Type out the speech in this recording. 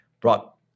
brought